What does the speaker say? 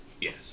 Yes